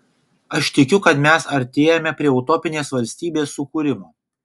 aš tikiu kad mes artėjame prie utopinės valstybės sukūrimo